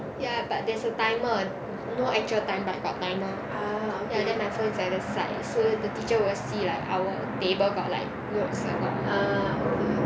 ya but there's a timer no actual time but got timer ya then my phone is like at the side then the teacher will see like our table got like notes ah got